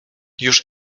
już